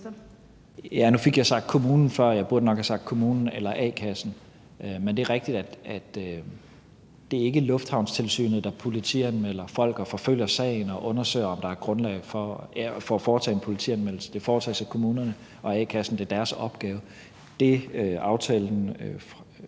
Ja, nu fik jeg sagt »kommunen« før. Jeg burde nok have sagt »kommunen eller a-kassen«, men det er rigtigt, at det ikke er lufthavnstilsynet, der politianmelder folk og forfølger sagen og undersøger, om der er grundlag for at foretage en politianmeldelse. Det gøres af kommunerne og a-kassen. Det er deres opgave. Det, aftalen